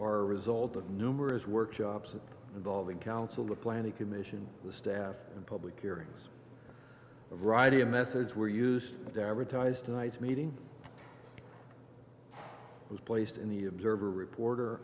are a result of numerous workshops involving council the planning commission the staff and public hearings a variety of methods were used and advertised tonight's meeting was placed in the observer reporter